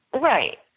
Right